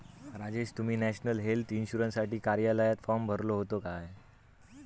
राजेश, तुम्ही national health इन्शुरन्ससाठी कार्यालयात फॉर्म भरलो होतो काय?